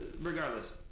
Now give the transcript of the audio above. regardless